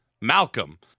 Malcolm